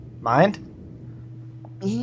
mind